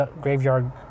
graveyard